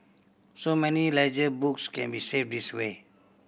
so many ledger books can be saved this way